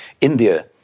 India